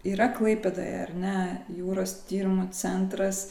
yra klaipėdoje ar ne jūros tyrimų centras